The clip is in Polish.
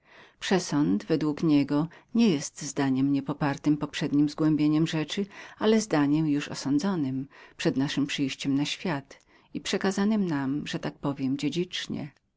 przesąd według niego nie był zdaniem niepopartem poprzedniem zgłębieniem rzeczy ale zdaniem już osądzonem przed naszem przyjściem na świat i przekazanem nam że tak powiem w